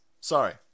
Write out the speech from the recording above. sorry